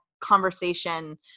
conversation